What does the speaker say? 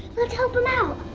let's help them out.